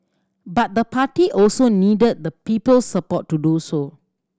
but the party also needed the people's support to do so